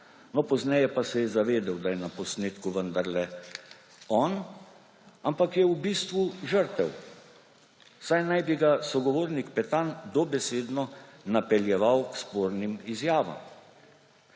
no, pozneje pa se je zavedel, da je na posnetku vendarle on, ampak je v bistvu žrtev, saj naj bi ga sogovornik Petan dobesedno napeljeval k spornim izjavam.